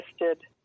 listed